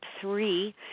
three